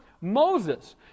Moses